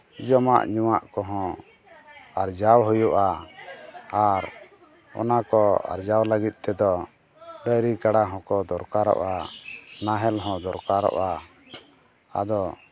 ᱡᱚᱢᱟᱜ ᱧᱩᱣᱟᱜ ᱠᱚᱦᱚᱸ ᱟᱨᱡᱟᱣ ᱦᱩᱭᱩᱜᱼᱟ ᱟᱨ ᱚᱱᱟᱠᱚ ᱟᱨᱡᱟᱣ ᱞᱟᱹᱜᱤᱫ ᱛᱮᱫᱚ ᱰᱟᱝᱨᱤ ᱠᱟᱰᱟ ᱦᱚᱸᱠᱚ ᱫᱚᱨᱠᱟᱨᱚᱜᱼᱟ ᱱᱟᱦᱮᱞ ᱦᱚᱸ ᱫᱚᱨᱠᱟᱨᱚᱜᱼᱟ ᱟᱫᱚ